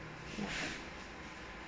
ya